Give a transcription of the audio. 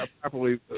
properly